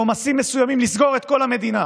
בעומסים מסוימים, לסגור את כל המדינה